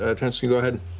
ah terrence, you go ahead,